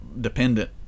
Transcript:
dependent